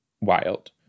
wild